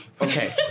Okay